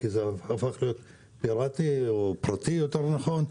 כי זה הפך להיות פיראטי או פרטי יותר נכון.